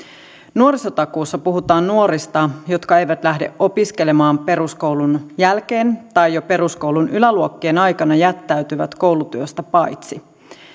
nuorisotakuussa puhutaan nuorista jotka eivät lähde opiskelemaan peruskoulun jälkeen tai jo peruskoulun yläluokkien aikana jättäytyvät koulutyöstä paitsi